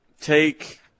take